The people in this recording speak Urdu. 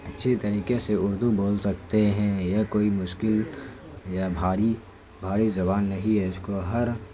اچھی طریقے سے اردو بول سکتے ہیں یا کوئی مشکل یا بھاری بھاری زبان نہیں ہے اس کو ہر